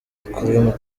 makuru